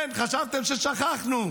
כן, חשבתם ששכחנו,